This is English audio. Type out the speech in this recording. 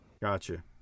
Gotcha